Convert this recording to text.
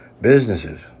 businesses